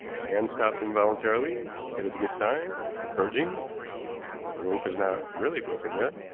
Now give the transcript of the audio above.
my hand stopped involuntarily. it is a good sign encouraging but the rope is not really broken yet.